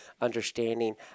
understanding